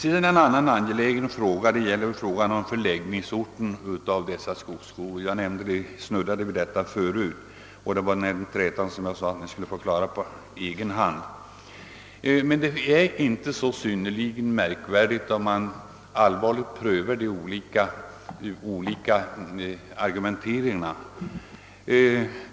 En annan angelägen fråga gäller förläggningsorten för dessa skogsskolor. Jag snuddade vid den frågan förut. Det var när jag sade att man skulle få klara upp trätan därom på egen hand. Frågan är emellertid inte så märkvärdig, om man prövar de olika argumenten.